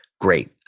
great